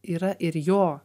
yra ir jo